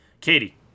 Katie